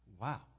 Wow